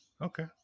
okay